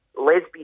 lesbian